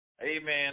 Amen